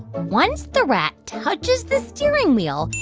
once the rat touches the steering wheel,